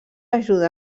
ajuda